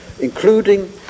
including